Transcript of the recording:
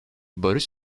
barış